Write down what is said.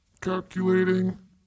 Calculating